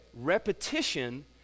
repetition